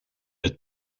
het